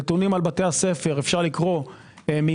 נתונים על בתי הספר אפשר לקרוא מימין